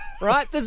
right